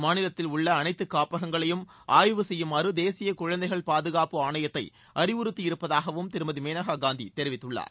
மாநிலத்தில் உள்ள அனைத்து காப்பகங்களையும் ஆய்வு செய்யுமாறு தேசிய குழந்தைகள் பாதுகாப்பு ஆணையத்தை அறிவுறுத்தியிருப்பதாகவும் திருமதி மேனகா காந்தி தெரிவித்துள்ளார்